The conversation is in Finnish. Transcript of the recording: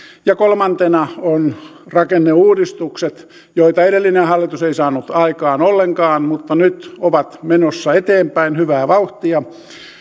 kolmantena ovat rakenneuudistukset joita edellinen hallitus ei saanut aikaan ollenkaan mutta jotka nyt ovat menossa eteenpäin hyvää vauhtia